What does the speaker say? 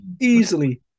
Easily